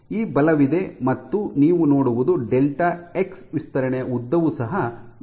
ಈ ಬಲವಿದೆ ಮತ್ತು ನೀವು ನೋಡುವುದು ಡೆಲ್ಟಾ ಎಕ್ಸ್ ವಿಸ್ತರಣೆಯ ಉದ್ದವು ಸಹ ವಿಸ್ತರಣೆಯಾಗಿದೆ